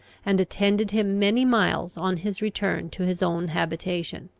and attended him many miles on his return to his own habitation.